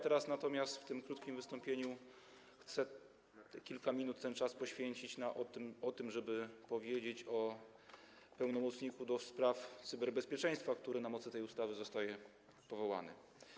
Teraz natomiast w tym krótkim wystąpieniu chcę kilka minut, ten czas poświęcić na to, żeby powiedzieć o pełnomocniku do spraw cyberbezpieczeństwa, który na mocy tej ustawy zostaje powołany.